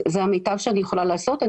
זה המיטב שאני יכולה לעשות.